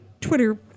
Twitter